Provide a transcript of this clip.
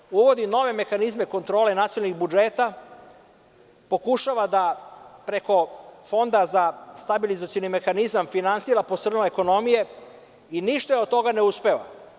Takođe, uvodi nove mehanizme kontrole nacionalnih budžeta, pokušava preko Fonda za stabilizacioni mehanizam da finansira posrnule ekonomije i ništa joj od toga ne uspeva.